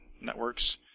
networks